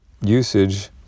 usage